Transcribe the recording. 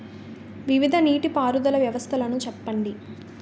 వివిధ నీటి పారుదల వ్యవస్థలను చెప్పండి?